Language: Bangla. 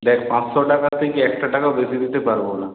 দেখ পাঁচশো টাকার থেকে একটা টাকাও বেশি দিতে পারব না